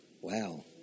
Wow